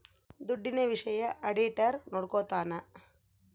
ದುಡ್ಡಿನ ವಿಷಯ ಆಡಿಟರ್ ನೋಡ್ಕೊತನ